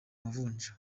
amavunja